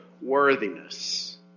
worthiness